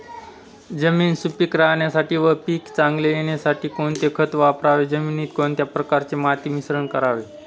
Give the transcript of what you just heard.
जमीन सुपिक राहण्यासाठी व पीक चांगले येण्यासाठी कोणते खत वापरावे? जमिनीत कोणत्या प्रकारचे माती मिश्रण करावे?